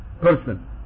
person